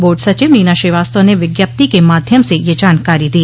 board सचिव नीना श्रीवास्तव ने विज्ञप्ति के माध्यम से यह जानकारी दी